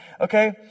Okay